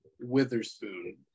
Witherspoon